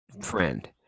Friend